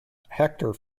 hector